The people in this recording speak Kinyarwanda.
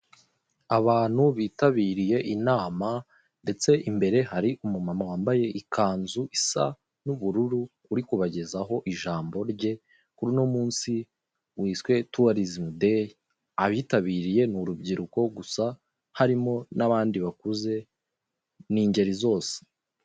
Abantu bitabiriye inama ndetse imbere hari umumama wambaye ikanzu isa n'ubururu uri kubagezaho ijambo rye kuri uno munsi wiswe tuwarizimu deyi abitabiriye n'urubyiruko gusa harimo n'abandi bakuze n'ingeri zose.